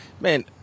Man